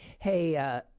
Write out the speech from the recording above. Hey